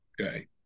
Okay